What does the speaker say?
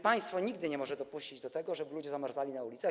Państwo nigdy nie może dopuścić do tego, żeby ludzie zamarzali na ulicach.